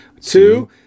two